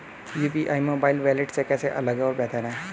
UPI mobile wallet से कैसे अलग और बेहतर है?